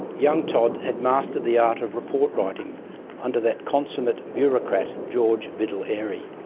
young todd had mastered the art of report writing under that consummate bureaucrat, george biddell airy.